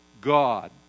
God